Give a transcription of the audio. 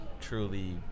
truly